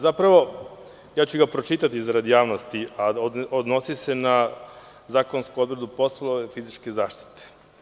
Zapravo, pročitaću ga zbog javnosti, a odnosi se na zakonsku odredbu - poslova fizičke zaštite.